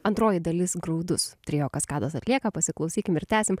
antroji dalis graudus trio kaskados atlieka pasiklausykim ir tęsim